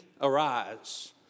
arise